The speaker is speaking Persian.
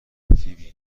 فیبی